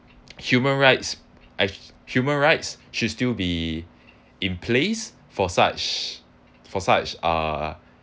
human rights as human rights should still be in place for such for such uh